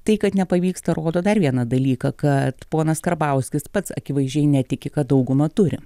tai kad nepavyksta rodo dar vieną dalyką kad ponas karbauskis pats akivaizdžiai netiki kad daugumą turi